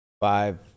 Five